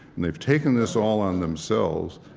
and they've taken this all on themselves,